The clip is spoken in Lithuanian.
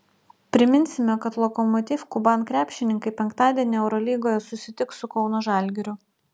priminsime kad lokomotiv kuban krepšininkai penktadienį eurolygoje susitiks su kauno žalgiriu